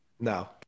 no